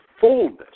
fullness